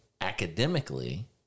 academically